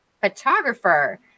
photographer